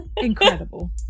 Incredible